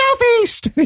southeast